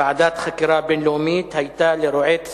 ועדת חקירה בין-לאומית היתה לרועץ